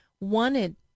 wanted